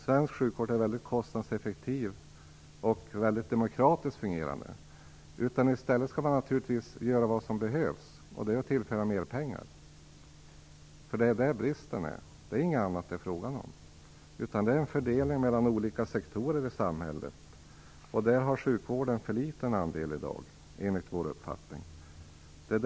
Svensk sjukvård är ju väldigt kostnadseffektiv och i hög grad demokratiskt fungerande. I stället skall man göra vad som behövs, nämligen tillföra mera pengar. Det är där vi har en brist. Något annat är det inte fråga om. Det handlar alltså om en fördelning mellan olika sektorer i samhället, och där har sjukvården i dag enligt vår uppfattning för liten andel.